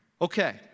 Okay